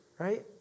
Right